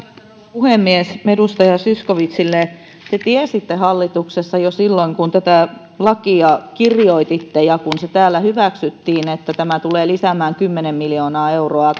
puhemies edustaja zyskowiczille te tiesitte hallituksessa jo silloin kun tätä lakia kirjoititte ja kun se täällä hyväksyttiin että tämä tulee lisäämään kymmenen miljoonaa euroa